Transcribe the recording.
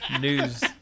news